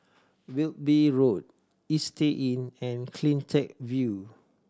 Wilby Road Istay Inn and Cleantech View